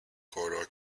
corridor